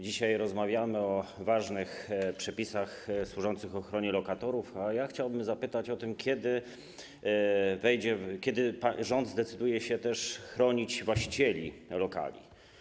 Dzisiaj rozmawiamy o ważnych przepisach służących ochronie lokatorów, a ja chciałbym zapytać o to, kiedy rząd zdecyduje się też chronić właścicieli lokali.